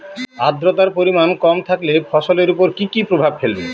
আদ্রর্তার পরিমান কম থাকলে ফসলের উপর কি কি প্রভাব ফেলবে?